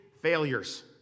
failures